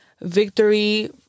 victory